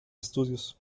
estudios